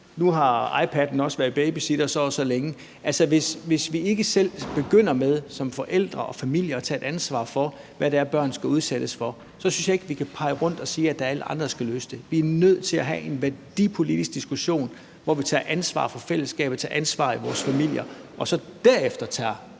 at iPadden også har været babysitter så og så længe. Altså, hvis vi ikke selv begynder med som forældre og familie at tage et ansvar for, hvad det er, børn skal udsættes for, så synes jeg ikke vi kan pege rundt og sige, at det er alle andre, der skal løse det. Jeg synes, at vi er nødt til at have en værdipolitisk diskussion, hvor vi tager ansvar for fællesskabet, tager ansvar i vores familier og så derefter tager